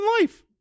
life